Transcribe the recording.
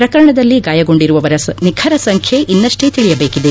ಪ್ರಕರಣದಲ್ಲಿ ಗಾಯಗೊಂಡಿರುವವರ ನಿಖರ ಸಂಖ್ಯೆ ಇನ್ನಷ್ಟೇ ತಿಳಿಯಬೇಕಿದೆ